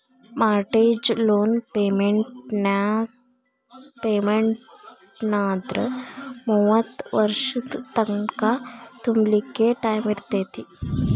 mortgage loan ಪೆಮೆನ್ಟಾದ್ರ ಮೂವತ್ತ್ ವರ್ಷದ್ ತಂಕಾ ತುಂಬ್ಲಿಕ್ಕೆ ಟೈಮಿರ್ತೇತಿ